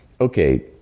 okay